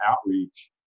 outreach